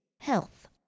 health